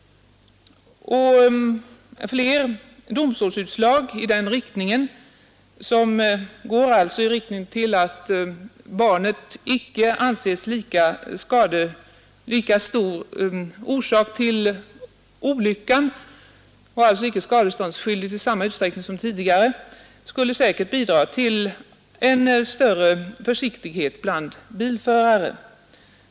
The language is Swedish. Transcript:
Fler domstolsutslag som går i den riktningen att barnet icke anses ha lika stor skuld till olyckan — och alltså icke är skadeståndsskyldigt i samma utsträckning som tidigare — skulle säkert bidra till större försiktighet bland bilförare.